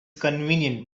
convenient